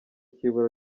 cy’ibura